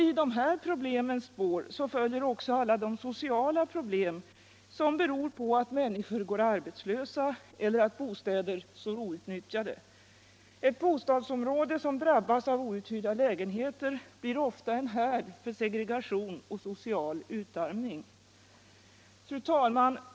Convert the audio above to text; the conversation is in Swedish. I de här problemens spår följer också alla de sociala problem som beror på att människor går arbetslösa eller att bostäder står outnyttjade. Det bostadsområde som drabbas av outhyrda lägenheter blir ofta en härd för segregation och social utarmning. Fru talman!